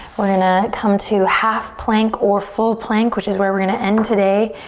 we're gonna come to half plank or full plank which is where we're gonna end today.